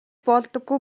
болдоггүй